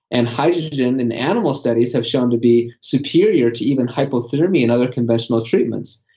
and hydrogen in animal studies have shown to be superior to even hypothermia and other conventional treatments.